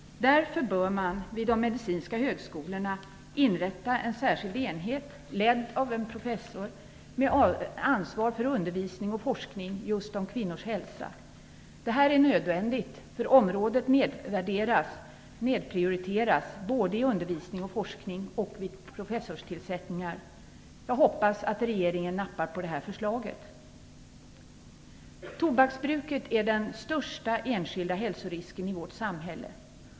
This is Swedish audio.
Därför bör man vid de medicinska högskolorna inrätta en särskild enhet ledd av en professor med ansvar för undervisning och forskning just kring kvinnors hälsa. Det här är nödvändigt, därför att området nedvärderas och nedprioriteras både i undervisning och forskning och vid professorstillsättningar. Jag hoppas att regeringen nappar på detta förslag. Tobaksbruket är den största enskilda hälsorisken i vårt samhälle.